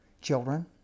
children